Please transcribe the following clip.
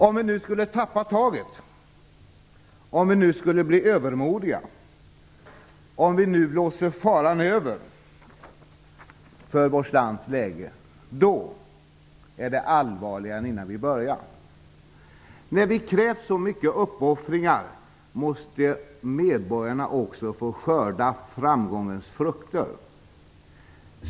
Om vi nu skulle tappa taget, om vi nu skulle bli övermodiga, om vi nu blåste faran över för vårt lands läge, då vore det allvarligare än innan vi började. När vi har krävt så mycket uppoffringar måste medborgarna också få skörda framgångens frukter.